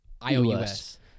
I-O-U-S